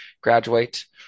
graduate